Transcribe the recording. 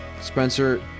Spencer